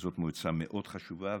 זו מועצה מאוד חשובה,